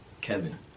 Kevin